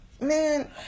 man